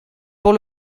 pour